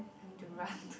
I need to run